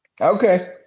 Okay